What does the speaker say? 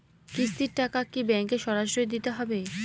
কিস্তির টাকা কি ব্যাঙ্কে সরাসরি দিতে হবে?